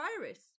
virus